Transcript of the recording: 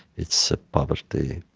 it's poverty.